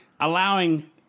Allowing